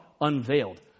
unveiled